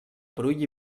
brull